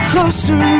Closer